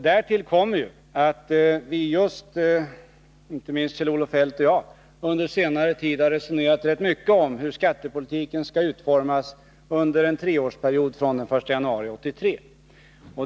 Därtill kommer ju att vi — inte minst Kjell-Olof Feldt och jag — under senare tid har resonerat rätt mycket om hur skattepolitiken skall utformas under en treårsperiod från den 1 januari 1983.